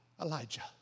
Elijah